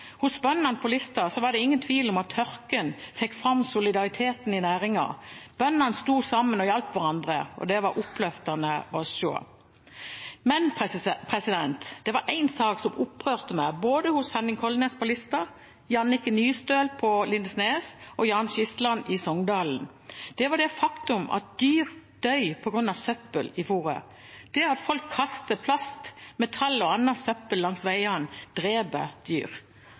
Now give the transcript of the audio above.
Hos bøndene på Lista var det ingen tvil om at tørken fikk fram solidariteten i næringen. Bøndene sto sammen og hjalp hverandre, og det var oppløftende å se. Men det var en sak som opprørte meg både hos Henning Kolnes på Lista, Jannike Nystøl på Lindesnes og Jan Skisland i Songdalen, og det var det faktum at dyr dør på grunn av søppel i fôret. Det at folk kaster plast, metall og annet søppel langs veiene, dreper dyr.